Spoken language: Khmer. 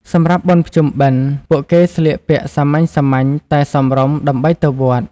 សម្រាប់បុណ្យភ្ជុំបិណ្ឌ ពួកគេស្លៀកពាក់សាមញ្ញៗតែសមរម្យដើម្បីទៅវត្ត។